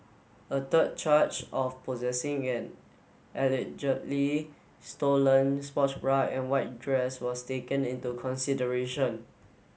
a third charge of possessing an allegedly stolen sports bra and white dress was taken into consideration